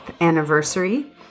anniversary